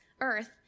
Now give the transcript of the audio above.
earth